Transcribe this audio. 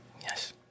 Yes